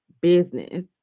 business